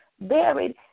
buried